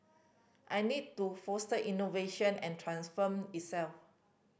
I need to foster innovation and transform itself